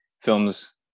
films